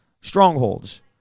strongholds